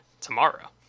tomorrow